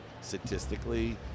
statistically